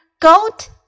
goat